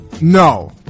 No